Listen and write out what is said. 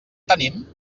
tenim